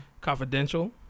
Confidential